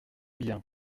bien